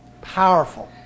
Powerful